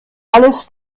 alles